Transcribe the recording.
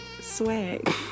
swag